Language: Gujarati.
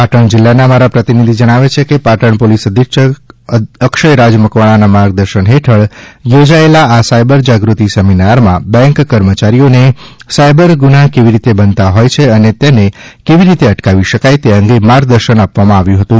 પાટણ જિલ્લાના અમારા પ્રતિનિધિ જણાવે છે કે પાટણ પોલીસ અધિક્ષક અક્ષયરાજ મકવાણાના માર્ગદર્શન હેઠળ યોજાયેલા આ સાયબર જાગૃતિ સેમિનારમાં બેન્ક કર્મચારીઓને સાયબર ગુન્હા કેવી રીતે બનતા હોય છે અને તેને કેવી રીતે અટકાવી શકાય તે અંગે માર્ગદર્શન આપવામાં આવ્યું હતું